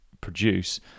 produce